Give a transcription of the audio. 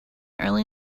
early